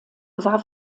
war